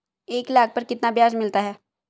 एक लाख पर कितना ब्याज मिलता है?